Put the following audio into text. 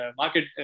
market